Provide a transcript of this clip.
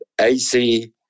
ac